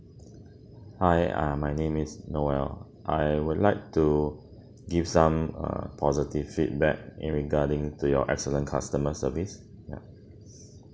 hi uh my name is noel I would like to give some err positive feedback in regarding to your excellent customer service ya